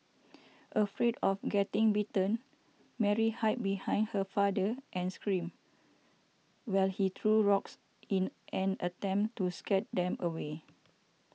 afraid of getting bitten Mary hid behind her father and screamed while he threw rocks in an attempt to scare them away